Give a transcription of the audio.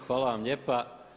Hvala vam lijepa.